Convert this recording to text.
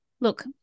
look